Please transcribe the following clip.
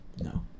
No